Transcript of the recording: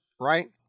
right